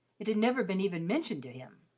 it had never been even mentioned to him.